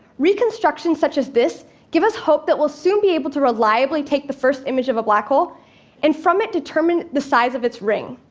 reconstruction such as this give us hope that we'll soon be able to reliably take the first image of a black hole and from it, determine the size of its ring.